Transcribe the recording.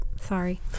Sorry